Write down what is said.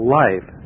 life